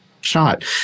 shot